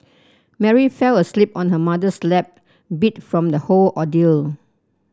Mary fell asleep on her mother's lap beat from the whole ordeal